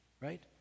right